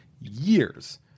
years